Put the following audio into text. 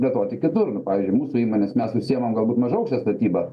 plėtoti kitur nu pavyzdžiui mūsų įmonės mes užsiimam galbūt mažaaukšte statyba